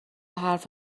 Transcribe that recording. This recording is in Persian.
حرف